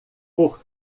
por